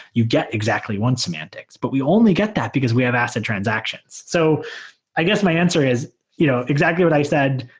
you get exactly one semantics, but we only get that because we have acid transactions. so i guess my answer is you know exactly what i said,